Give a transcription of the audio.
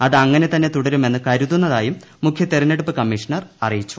അത് അങ്ങനെ തന്നെ തുടരുമെന്ന് കരുതുന്നതായും മുഖ്യ തെരഞ്ഞെടുപ്പ് കമ്മീഷണർ അറിയിച്ചു